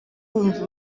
wumva